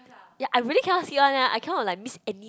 ya I really cannot skip one leh I cannot like miss any